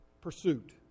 pursuit